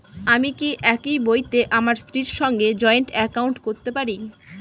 আমি কি একই বইতে আমার স্ত্রীর সঙ্গে জয়েন্ট একাউন্ট করতে পারি?